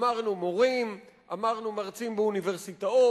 אמרנו מורים, אמרנו מרצים באוניברסיטאות,